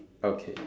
okay